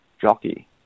jockey